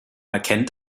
erkennt